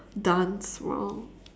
dance around